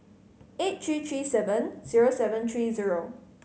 eight three three seven zero seven three zero